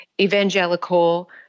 evangelical